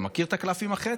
אתה מכיר את הקלף עם החץ?